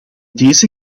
deze